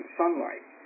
sunlight